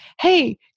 hey